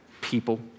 people